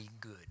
good